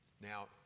Now